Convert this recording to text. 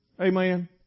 amen